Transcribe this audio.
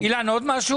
מסכים.